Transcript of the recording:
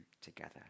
together